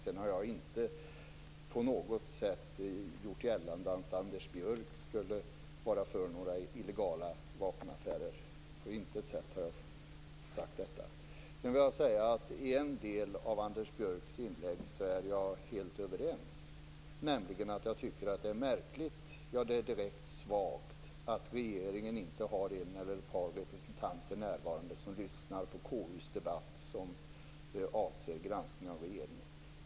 Sedan har jag inte på något sätt gjort gällande att Anders Björck skulle vara för några illegala vapenaffärer. På intet sätt har jag sagt detta. I en del av Anders Björks inlägg vill jag säga att vi är helt överens. Jag tycker också att det är märkligt - ja det är direkt svagt - att regeringen inte har en eller ett par representanter närvarande som lyssnar på KU:s debatt om granskningen av regeringen.